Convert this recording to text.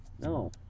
No